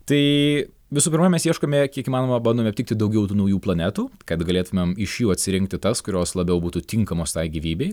tai visų pirma mes ieškome kiek įmanoma bandome aptikti daugiau tų naujų planetų kad galėtumėm iš jų atsirinkti tas kurios labiau būtų tinkamos tai gyvybei